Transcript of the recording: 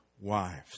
wives